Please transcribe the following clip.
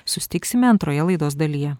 susitiksime antroje laidos dalyje